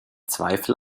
zweifel